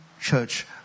church